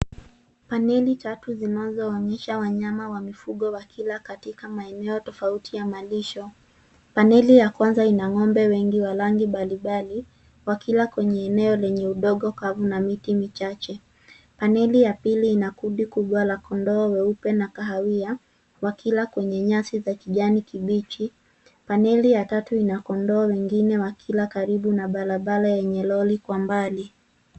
Paneli tatu zinahamisha wanyama wa mifugo wakila katika maeneo tofauti ya malisho. Paneli ya kwanza ina ngo'mbe wengi wa rangi mbalimbali wakila kwenye eneo lenye udongo karibu na miti michache. Paneli nyingine ina kundi la kondoo weupe na kahawia wakila kwenye nyasi za kijani kibichi. Paneli ya tatu ina kondoo wengine wakila karibu na barabara yenye lori Kwa mbali.